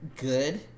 good